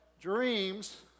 dreams